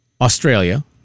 Australia